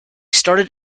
started